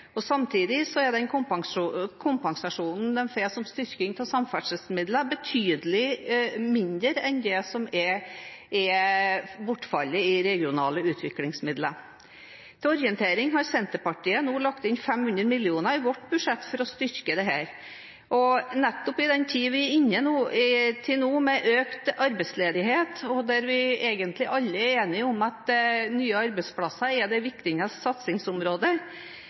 borte. Samtidig er den kompensasjonen de får som styrking av samferdselsmidler, betydelig mindre enn det som bortfaller i regionale utviklingsmidler. Til orientering har Senterpartiet nå lagt inn 500 mill. kr i vårt budsjett for å styrke dette. Nettopp i den tiden vi er inne i nå, med økt arbeidsledighet, der vi alle egentlig er enige om at nye arbeidsplasser er det viktigste satsingsområdet: